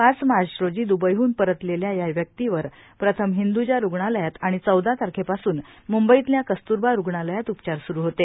पाच मार्च रोजी दुबईहन परतलेल्या या व्यक्तीवर प्रथम हिंदजा रुग्णालयात आणि चौदा तारखेपासून मंबईतल्या कस्तूरबा रुग्णालयात उपचार सुरू होते